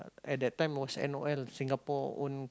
at that time was n_o_l Singapore own